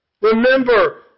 Remember